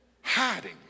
hiding